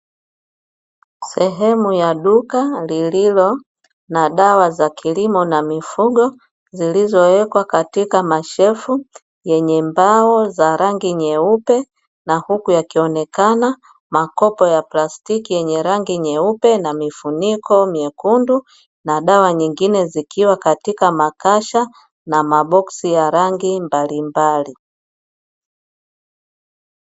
Sehemu ya duka lililo na dawa za kilimo na mifugo, zilizowekwa katika mashelfu, yenye mbao za rangi nyeupe na huku yakionekana makopo ya plastiki yenye rangi nyeupe na mifuniko mekundu na dawa nyingine zikiwa katika makasha na maboksi ya rangi mbalimbali.